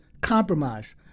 compromise